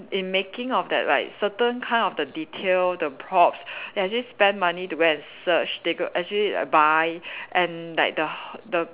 in making of that like certain kind of the detail the props they actually spend money to go and search they actually buy and like the the